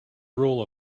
rule